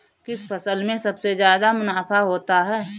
किस फसल में सबसे जादा मुनाफा होता है?